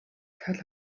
цол